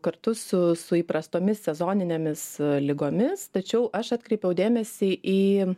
kartu su su įprastomis sezoninėmis ligomis tačiau aš atkreipiau dėmesį į